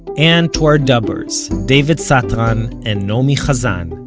and to our dubbers, david satran and naomi chazan,